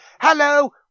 hello